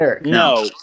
No